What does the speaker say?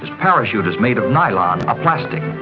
parachute is made of nylon, a plastic.